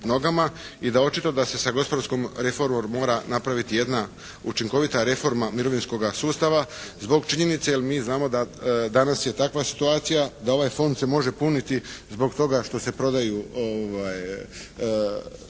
i da je očito da se sa gospodarskom reformom mora napraviti jedna učinkovita reforma mirovinskoga sustava zbog činjenice jer mi znamo da danas je takva situacija da ovaj fond se može puniti zbog toga što se prodaju